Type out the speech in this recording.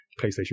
PlayStation